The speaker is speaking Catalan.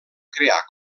crear